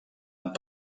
amb